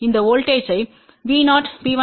இந்த வோல்ட்டேஜ்த்தை V0P1V022Z0 என வரையறுத்தால்